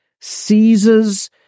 Caesar's